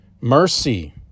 Mercy